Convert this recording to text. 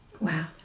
Wow